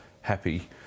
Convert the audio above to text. happy